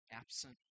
absent